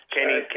Kenny